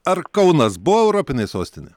ar kaunas buvo europinė sostinė